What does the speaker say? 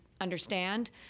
understand